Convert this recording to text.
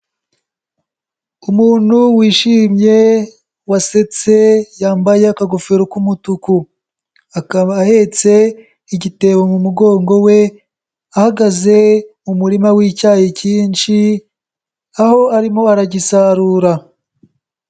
Umuntu wishimye wasetse yambaye akagofero k'umutuku, akaba ahetse igitebo mu mugongo we ahagaze mu murima w'icyayi cyinshi aho arimo aragisarura.